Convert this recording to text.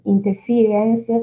Interference